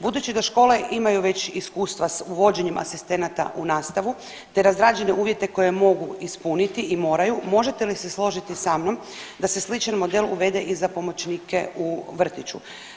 Budući da škole imaju već iskustva s uvođenjem asistenata u nastavu te razrađene uvjete koje mogu ispuniti i moraju, možete li se složiti samnom da se sličan model uvede i za pomoćnike u vrtiću?